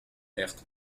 herth